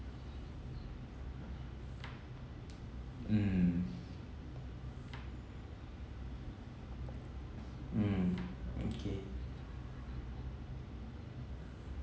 mm mm okay